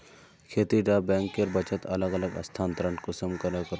खेती डा बैंकेर बचत अलग अलग स्थानंतरण कुंसम करे करूम?